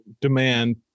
demand